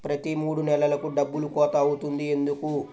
ప్రతి మూడు నెలలకు డబ్బులు కోత అవుతుంది ఎందుకు?